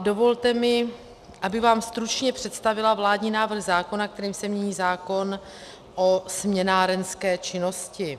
Dovolte mi, abych vám stručně představila vládní návrh zákona, kterým se mění zákon o směnárenské činnosti.